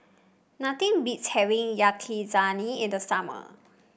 nothing beats having Yakizakana in the summer